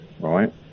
right